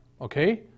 okay